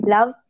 Love